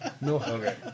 No